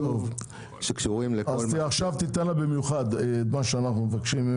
שוב שקשורים לכל --- אז עכשיו תיתן לה במיוחד את מה שאנחנו מבקשים,